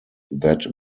that